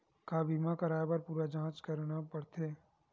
का बीमा कराए बर पूरा जांच करेला पड़थे?